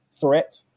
threat